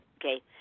Okay